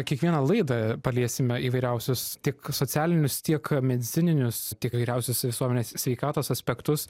kiekvieną laidą paliesime įvairiausius tiek socialinius tiek medicininius tiek įvairiausius visuomenės sveikatos aspektus